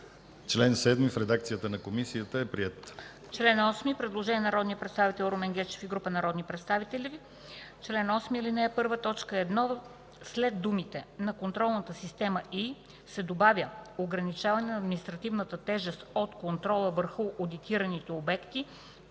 Член 7 в редакцията на Комисията е приет.